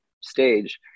stage